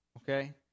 Okay